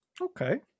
Okay